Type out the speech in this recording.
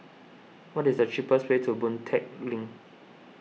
what is the cheapest way to Boon Tat Link